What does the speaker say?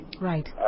Right